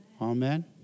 Amen